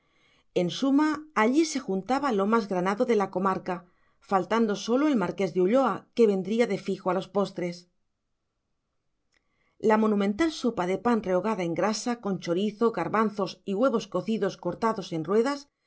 en suma allí se juntaba lo más granado de la comarca faltando sólo el marqués de ulloa que vendría de fijo a los postres la monumental sopa de pan rehogada en grasa con chorizo garbanzos y huevos cocidos cortados en ruedas